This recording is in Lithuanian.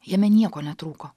jame nieko netrūko